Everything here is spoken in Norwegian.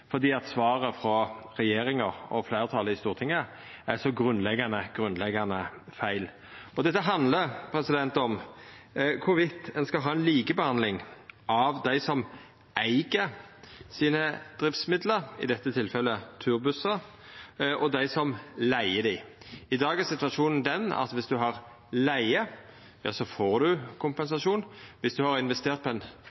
svaret frå regjeringa og fleirtalet i Stortinget er grunnleggjande feil. Dette handlar om om ein skal ha ei likebehandling av dei som eig sine eigne driftsmiddel, i dette tilfellet turbussar, og dei som leiger dei. I dag er situasjonen den at viss ein leiger, får ein kompensasjon, men viss ein har